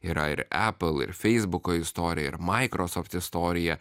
yra ir apple ir feisbuko istorija ir microsoft istorija